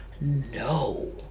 no